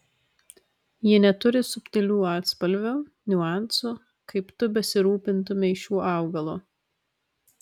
ji neturi subtilių atspalvių niuansų kaip tu besirūpintumei šiuo augalu